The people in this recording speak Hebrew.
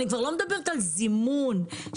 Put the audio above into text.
אני כבר לא מדברת על זימון להגיע.